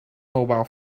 mobile